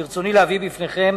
ברצוני להביא בפניכם